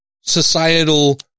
societal